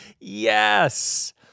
Yes